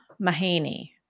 Mahaney